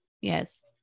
Yes